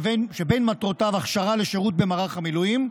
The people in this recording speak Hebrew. שבין מטרותיו הכשרה לשירות במערך המילואים,